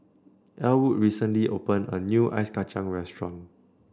Ellwood recently opened a new Ice Kacang restaurant